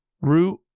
root